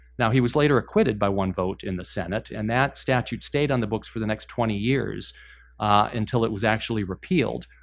he was later acquitted, by one vote, in the senate and that statute stayed on the books for the next twenty years until it was actually repealed.